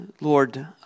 Lord